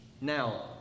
Now